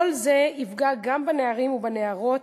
כל זה יפגע גם בנערים ובנערות,